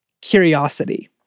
curiosity